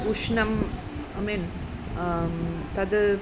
उष्णम् ऐ मिन् तद्